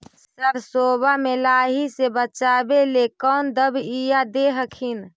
सरसोबा मे लाहि से बाचबे ले कौन दबइया दे हखिन?